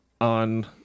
on